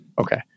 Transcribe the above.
okay